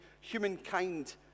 humankind